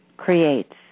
creates